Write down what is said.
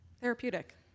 therapeutic